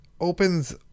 opens